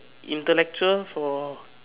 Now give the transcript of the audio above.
intellectual for